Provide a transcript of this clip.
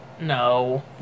No